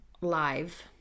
live